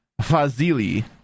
Fazili